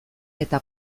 eta